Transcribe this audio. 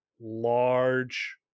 large